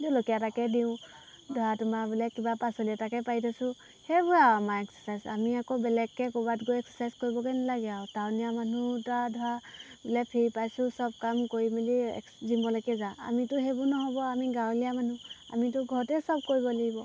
জলকীয়া এটাকে দিওঁ ধৰা তোমাৰ বোলে কিবা পাচলি এটাকে পাৰি থৈছোঁ সেইবোৰে আৰু আমাৰ এক্সাৰচাইজ আমি আকৌ বেলেগকৈ ক'ৰবাত গৈ এক্সাৰচাইজ কৰিবগৈ নালাগে আৰু টাউনীয়া মানুহ তৰা ধৰা বোলে ফ্ৰী পাইছোঁ চব কাম কৰি মেলি এক্স জীমলৈকে যা আমিতো সেইবোৰ নহ'ব আমি গাঁৱলীয়া মানুহ আমিতো ঘৰতে চব কৰিব লাগিব